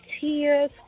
tears